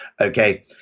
Okay